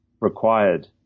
required